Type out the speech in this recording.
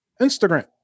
Instagram